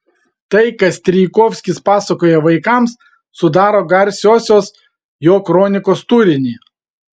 tai ką strijkovskis pasakojo vaikams sudaro garsiosios jo kronikos turinį